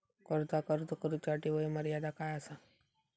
कर्जाक अर्ज करुच्यासाठी वयोमर्यादा काय आसा?